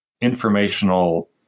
informational